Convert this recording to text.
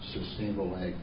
Sustainable